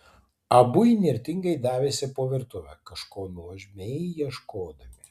abu įnirtingai davėsi po virtuvę kažko nuožmiai ieškodami